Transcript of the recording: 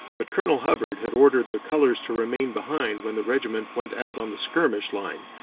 but colonel hubbard had ordered the colors to remain behind when the regiment went out on the skirmish line,